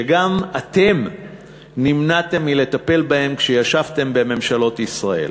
שגם אתם נמנעתם מלטפל בהן כשישבתם בממשלות ישראל.